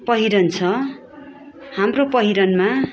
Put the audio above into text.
पहिरन छ हाम्रो पहिरनमा